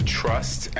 trust